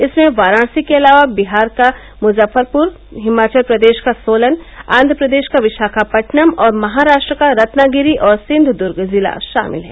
इसमें वाराणसी के अलावा बिहार का मुजफ्फरपुर हिमाचल प्रदेश का सोलन आन्म्र प्रदेश का विशाखापट्टनम और महाराष्ट्र का रत्नागिरी और सिंघुद्र्ग जिला शामिल हैं